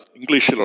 English